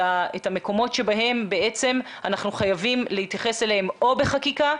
את המקומות שבהם אנחנו חייבים להתייחס אליהם או בחקיקה,